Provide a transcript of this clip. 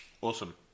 Awesome